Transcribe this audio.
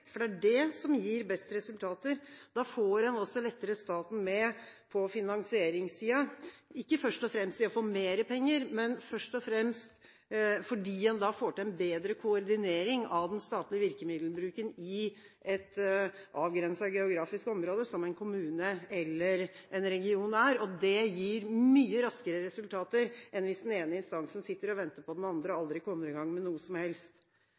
for det er det som gir best resultater. Da får en også lettere staten med på finansieringssiden, ikke først og fremst ved å få mer penger, men fordi en da får til en bedre koordinering av den statlige virkemiddelbruken i et avgrenset geografisk område som en kommune eller en region er, og det gir mye raskere resultater enn hvis den ene instansen sitter og venter på den andre og aldri kommer i gang med noe som helst.